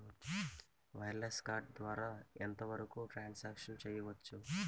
Wireless card ద్వారా ఎంత వరకు ట్రాన్ సాంక్షన్ చేయవచ్చు?